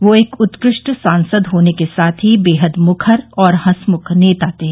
वे एक उत्कृष्ट सांसद होने के साथ ही बेहद मुखर और हॅसमुख नेता थे